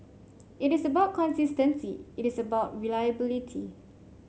it is about consistency it is about reliability